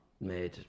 made